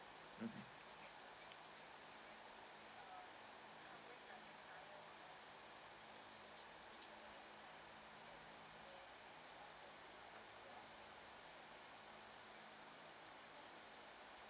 mmhmm